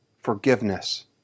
forgiveness